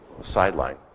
sideline